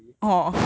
really